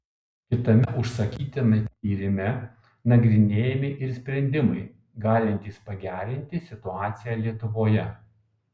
kitame užsakytame tyrime nagrinėjami ir sprendimai galintys pagerinti situaciją lietuvoje